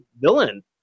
villain